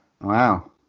wow